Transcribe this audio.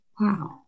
wow